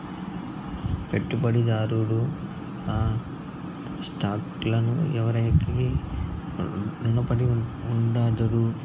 పెట్టుబడిదారుడు ఆ స్టాక్ లను ఎవురికైనా రునపడి ఉండాడు